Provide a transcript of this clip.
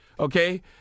Okay